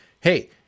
Hey